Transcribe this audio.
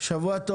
שבוע טוב.